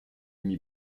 mit